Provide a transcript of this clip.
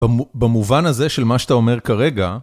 במובן הזה של מה שאתה אומר כרגע.